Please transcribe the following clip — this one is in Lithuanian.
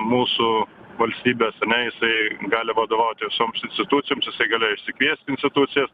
mūsų valstybės ane jisai gali vadovauti visoms institucijoms jisai galėjo išsikviesti institucijas